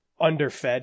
Underfed